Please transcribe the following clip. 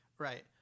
Right